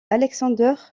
alexander